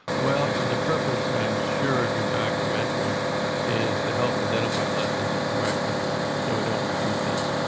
well, the purpose, i'm sure, of your documentary is to help identify lessons and correct them so we don't repeat this.